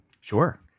Sure